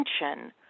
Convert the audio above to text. attention